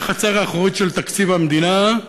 היא החצר האחורית של תקציב המדינה,